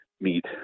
meet